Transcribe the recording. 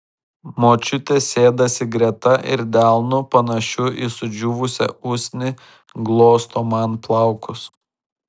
močiutė sėdasi greta ir delnu panašiu į sudžiūvusią usnį glosto man plaukus